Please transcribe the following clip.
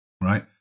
right